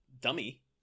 dummy